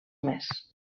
més